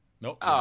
Nope